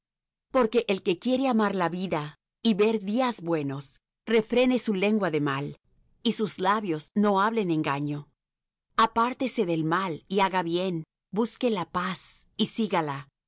porque el que quiere amar la vida y ver días buenos refrene su lengua de mal y sus labios no hablen engaño apártase del mal y haga bien busque la paz y sígala